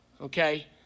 okay